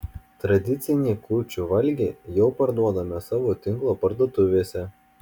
tradicinį kūčių valgį jau parduodame savo tinklo parduotuvėse